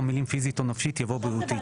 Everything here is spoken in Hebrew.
המילים 'פיזית או נפשית' יבוא 'בריאותית'.